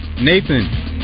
Nathan